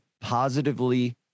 positively